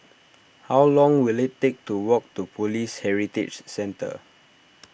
how long will it take to walk to Police Heritage Centre